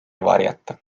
varjata